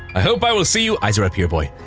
i hope i will see you eyes-are-up-here, boy.